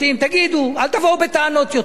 תגידו, אל תבואו בטענות יותר.